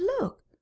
look